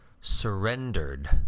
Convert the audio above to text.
surrendered